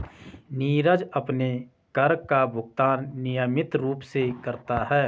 नीरज अपने कर का भुगतान नियमित रूप से करता है